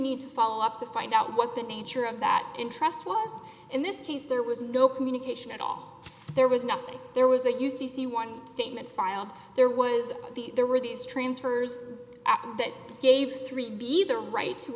need to follow up to find out what the nature of that interest was in this case there was no communication at all there was nothing there was a u c c one statement filed there was the there were these transfers that gave three b the right to